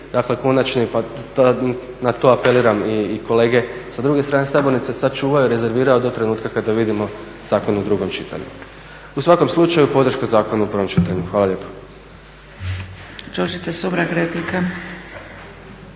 sud konačni, pa na to apeliram i kolege sa druge strane sabornice, sačuvao i rezervirao do trenutka kada vidimo zakon u drugom čitanju. U svakom slučaju podrška zakonu u prvom čitanju. Hvala lijepa.